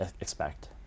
expect